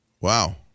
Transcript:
Wow